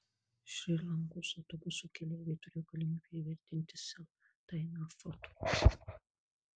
šri lankos autobuso keleiviai turėjo galimybę įvertinti sel dainą foto